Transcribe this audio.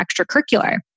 extracurricular